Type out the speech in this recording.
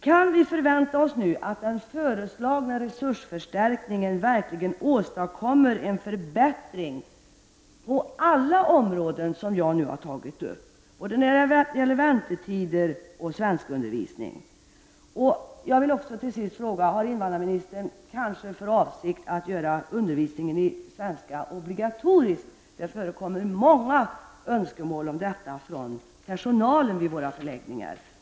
Kan vi nu förvänta oss att den föreslagna resursförstärkningen verkligen åstadkommer en förbättring på alla de områden som jag nu har tagit upp? Det gäller både väntetider och svenskundervisning. Till sist vill jag fråga om invandrarministern har för avsikt att göra undervisningen i svenska obligatorisk. Det förekommer många önskemål om detta från personalen vid våra förläggningar.